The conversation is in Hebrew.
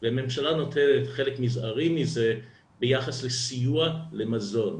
ולאט לאט זה גווע כי חוץ משהרשויות עצמן התמוטטו,